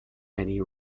many